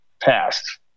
passed